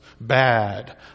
bad